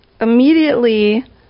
immediately